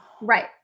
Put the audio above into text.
right